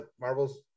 Marvel's